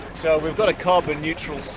so we've got a carbon-neutral